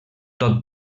tot